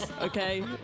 okay